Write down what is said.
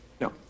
no